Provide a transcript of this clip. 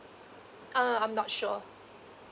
uh I'm not sure